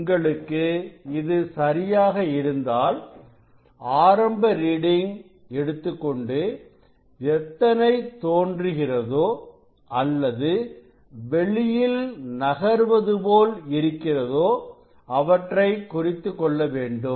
உங்களுக்கு இது சரியாக இருந்தால் ஆரம்ப ரீடிங் எடுத்துக்கொண்டு எத்தனை தோன்றுகிறதோ அல்லது வெளியில் நகர்வது போல் இருக்கிறதோ அவற்றை குறித்துக்கொள்ள வேண்டும்